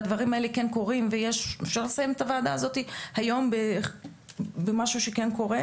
והדברים האלה כן קורים ואפשר לסיים את הוועדה הזו היום במשהו שכן קורה.